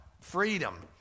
Freedom